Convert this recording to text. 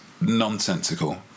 nonsensical